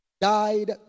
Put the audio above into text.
died